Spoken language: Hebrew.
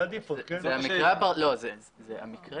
המקרה